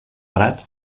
prat